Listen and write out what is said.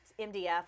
MDF